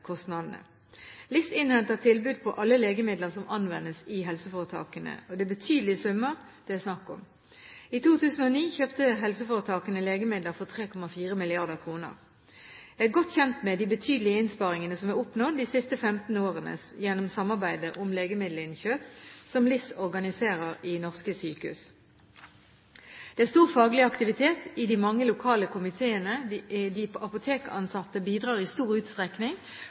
kostnadene. LIS innhenter tilbud på alle legemidler som anvendes i helseforetakene. Det er betydelige summer det er snakk om. I 2009 kjøpte helseforetakene legemidler for 3,4 mrd. kr. Jeg er godt kjent med de betydelige innsparingene som er oppnådd de siste 15 årene gjennom samarbeidet om legemiddelinnkjøp som LIS organiserer i norske sykehus. Det er stor faglig aktivitet i de mange lokale komiteene, de apotekansatte bidrar i stor utstrekning,